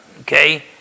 Okay